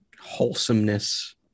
wholesomeness